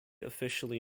officially